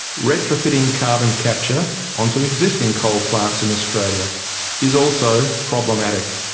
retrofitting carbon capture onto existing coal plants in australia is also problematic.